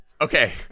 Okay